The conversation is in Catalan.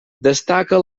destaca